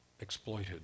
exploited